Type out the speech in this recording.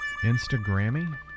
Instagrammy